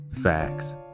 facts